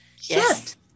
yes